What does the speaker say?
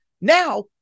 Now